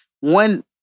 one